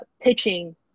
pitching